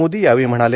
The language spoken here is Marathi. मोदी यावेळी म्हणाले